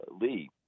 Lee